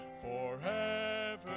forever